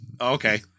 Okay